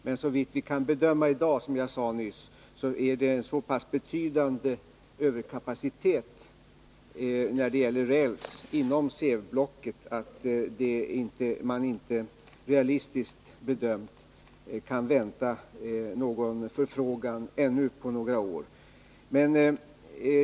Men såvitt vi kan bedöma är det, som jag nyss sade, en så pass betydande överkapacitet när det gäller räls inom SEV-blocket att man realistiskt bedömt inte kan vänta sig en förfrågan ännu på några år.